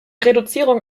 reduzierung